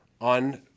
on